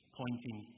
pointing